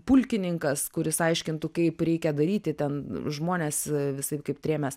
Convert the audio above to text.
pulkininkas kuris aiškintų kaip reikia daryti ten žmonės visaip kaip trėmęs